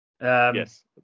Yes